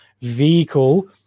vehicle